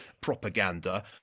propaganda